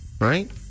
Right